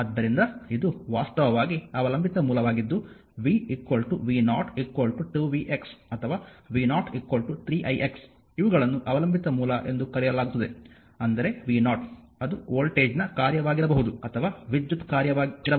ಆದ್ದರಿಂದ ಇದು ವಾಸ್ತವವಾಗಿ ಅವಲಂಬಿತ ಮೂಲವಾಗಿದ್ದು v v0 2 vx ಅಥವಾ v0 3 i x ಇವುಗಳನ್ನು ಅವಲಂಬಿತ ಮೂಲ ಎಂದು ಕರೆಯಲಾಗುತ್ತದೆ ಅಂದರೆ v0 ಅದು ವೋಲ್ಟೇಜ್ನ ಕಾರ್ಯವಾಗಿರಬಹುದು ಅಥವಾ ವಿದ್ಯುತ್ ಕಾರ್ಯವಾಗಿರಬಹುದು